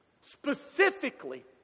specifically